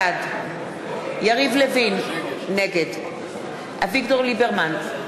בעד יריב לוין, נגד אביגדור ליברמן, בעד יעקב